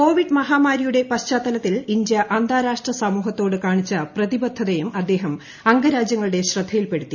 Covid മഹാമാരിയുടെ പശ്ചാത്തലത്തിൽ India അന്താരാഷ്ട്ര സമൂഹത്തോട് കാണിച്ച പ്രതിബദ്ധതയും അദ്ദേഹം അംഗരാജ്യങ്ങളുടെ ശ്രദ്ധയിൽ പെടുത്തി